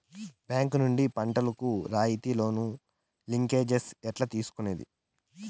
Bank నుండి పంటలు కు రాయితీ లోను, లింకేజస్ ఎట్లా తీసుకొనేది?